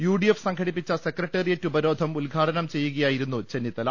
UDF സംഘടിപ്പിച്ച secretariat ഉപരോധം ഉദ്ഘാടനം ചെയ്യുകയായിരുന്നു ചെന്നിത്തല